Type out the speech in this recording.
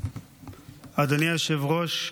אדוני היושב-ראש,